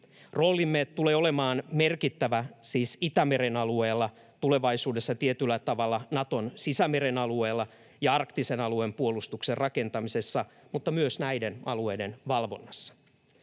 Roolimme tulee olemaan merkittävä siis Itämeren alueella — tulevaisuudessa tietyllä tavalla Naton sisämeren alueella — ja arktisen alueen puolustuksen rakentamisessa mutta myös näiden alueiden valvonnassa.